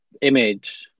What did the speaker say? image